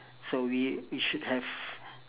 so we we should have